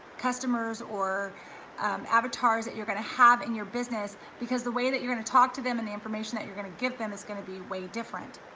customers or um avatars that you're gonna have in your business, because the way that you're gonna talk to them and the information that you're gonna give them is gonna be way different.